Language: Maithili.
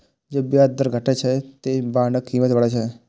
जब ब्याज दर घटै छै, ते बांडक कीमत बढ़ै छै